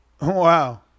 Wow